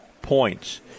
points